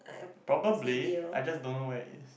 probably I just don't know where it is